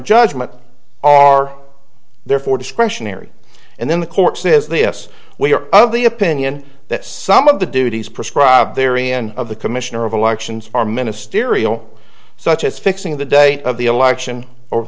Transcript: judgement are there for discretionary and then the court says the yes we are of the opinion that some of the duties prescribed very end of the commissioner of elections are ministerial such as fixing the date of the election or